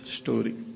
story